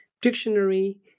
dictionary